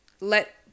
let